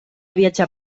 viatjar